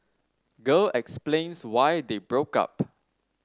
girl explains why they broke up